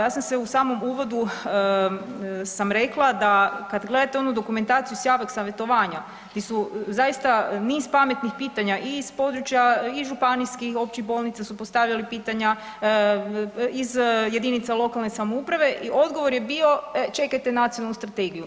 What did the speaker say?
Ja sam se u samom uvodu sam rekla da kad gledate onu dokumentaciju s javnog savjetovanja gdje su zaista niz pametnih pitanja i iz područja iz županijskih općih bolnica su postavljali pitanja, iz jedinica lokalne samouprave i odgovor je bio čekajte nacionalnu strategiju.